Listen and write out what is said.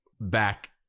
back